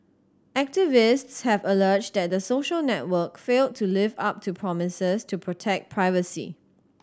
activists have alleged that the social network failed to live up to promises to protect privacy